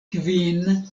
kvin